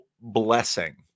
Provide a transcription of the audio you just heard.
blessing